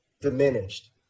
diminished